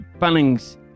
Bunnings